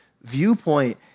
viewpoint